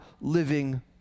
living